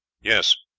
yes,